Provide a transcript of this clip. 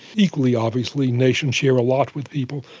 equally obviously, nations share a lot with people.